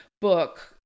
book